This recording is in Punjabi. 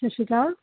ਸਤਿ ਸ਼੍ਰੀ ਅਕਾਲ